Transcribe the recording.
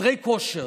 חדרי כושר,